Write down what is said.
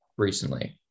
Recently